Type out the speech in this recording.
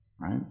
right